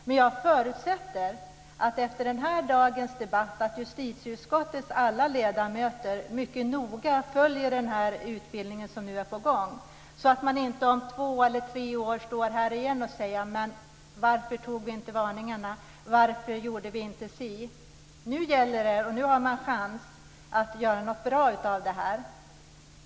Men jag förutsätter att efter dagens debatt kommer justitieutskottets alla ledamöter att mycket noga följa den utbildning som nu är på gång, så att man inte om två eller tre år står här igen och säger att man borde ha lyssnat på varningarna och gjort något annat. Nu har man chansen att göra något bra av det här.